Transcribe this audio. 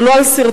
עלו על שרטון,